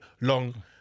long